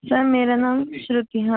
sir मेरा नाम श्रुति हाँ